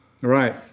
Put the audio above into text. Right